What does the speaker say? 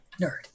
Nerd